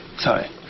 Sorry